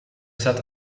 zat